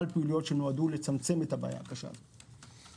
פעילויות שנועדו לצמצם את הבעיה הקשה הזו.